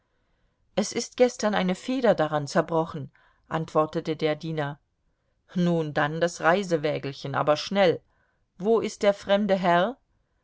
es ist gestern eine feder daran zerbrochen antwortete der diener nun dann das reisewägelchen aber schnell wo ist der fremde herr